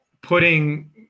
putting